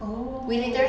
oh